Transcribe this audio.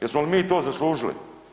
Jesmo li mi to zaslužili?